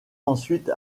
ensuite